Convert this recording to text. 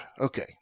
okay